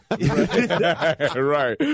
Right